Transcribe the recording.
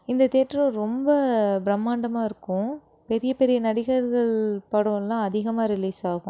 இந்த தேட்டரும் ரொம்ப பிரமாண்டமாக இருக்கும் பெரிய பெரிய நடிகர்கள் படலாம் அதிகமாக ரிலீஸ் ஆகும்